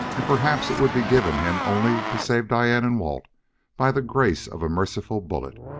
and perhaps it would be given him only to save diane and walt by the grace of a merciful bullet.